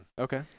Okay